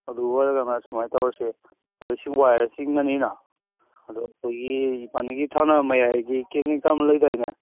ꯑꯗꯨ ꯑꯣꯏꯔꯒꯅ ꯁꯨꯃꯥꯏꯅ ꯇꯧꯔꯁꯦ ꯄꯥꯏꯌꯦꯞꯁꯤ ꯋꯥꯏꯔ ꯆꯤꯡꯉꯅꯤꯅ ꯑꯗꯣ ꯑꯩꯈꯣꯏꯒꯤ ꯄꯟꯒꯤ ꯊꯪꯅꯕ ꯃꯌꯥꯏꯒꯤ ꯀꯦꯅꯦꯟ ꯆꯥꯎꯅ ꯂꯩꯗꯥꯏꯅꯦ